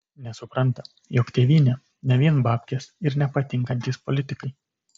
nesupranta jog tėvynė ne vien babkės ir nepatinkantys politikai